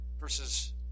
verses